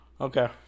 Okay